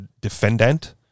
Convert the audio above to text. defendant